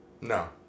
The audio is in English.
No